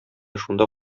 шунда